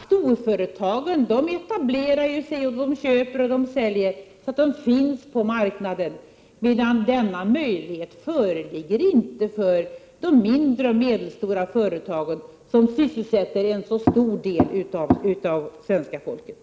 Storföretagen 3 etablerar sig samt köper och säljer på marknaderna. De möjligheterna föreligger inte för de mindre och medelstora företagen, vilka sysselsätter en så stor del av svenska folket.